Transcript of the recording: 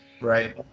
Right